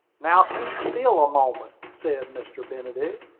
now keep still a moment, said mr. benedict.